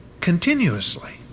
continuously